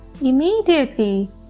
Immediately